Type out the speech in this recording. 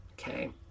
Okay